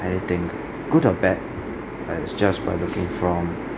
anything good or bad as just by looking from